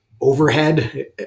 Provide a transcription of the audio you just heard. overhead